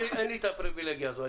לי אין את הפרבילגיה הזו,